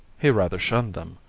he rather shunned them,